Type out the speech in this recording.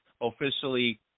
officially